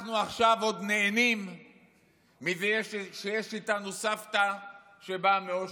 אנחנו עכשיו עוד נהנים מזה שיש איתנו סבתא שבאה מאושוויץ,